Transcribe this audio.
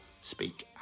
speak